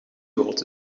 groot